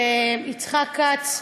יצחק כץ,